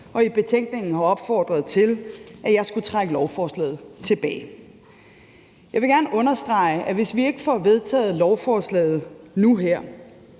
og i betænkningen har opfordret til, at jeg skulle trække lovforslaget tilbage. Jeg vil gerne understrege, at hvis vi ikke får vedtaget lovforslaget nu her,